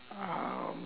um